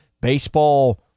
baseball